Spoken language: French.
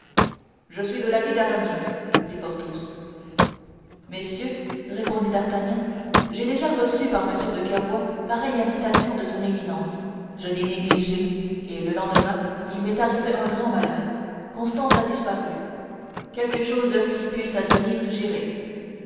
je suis de l'avis d'aramis dit porthos messieurs répondit d'artagnan j'ai déjà reçu par m de cavois pareille invitation de son éminence je l'ai négligée et le lendemain il m'est arrivé un grand malheur constance a disparu quelque chose qui puisse advenir j'irai